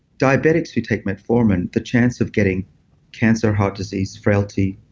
diabetics who take metformin, the chance of getting cancer heart disease, frailty,